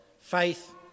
Faith